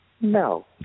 no